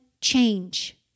change